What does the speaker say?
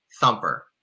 Thumper